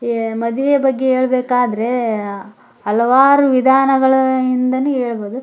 ಮದುವೆ ಬಗ್ಗೆ ಹೇಳ್ಬೇಕಾದ್ರೆ ಹಲವಾರು ವಿಧಾನಗಳು ಇಂದಾನು ಹೇಳ್ಬೋದು